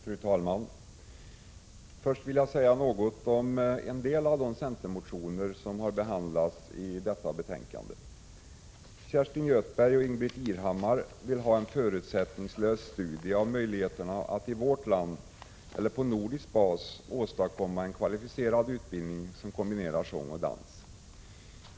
Fru talman! Först vill jag säga något om en del av de centermotioner som har behandlats i detta betänkande. Kerstin Göthberg och Ingbritt Irhammar vill ha en förutsättningslös studie av möjligheterna att i vårt land eller på nordisk bas åstadkomma en kvalificerad utbildning som kombinerar sång och dans.